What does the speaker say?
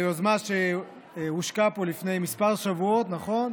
היוזמה שהושקה פה לפני כמה שבועות, נכון?